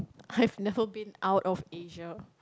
I've never been out of Asia